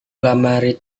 lemari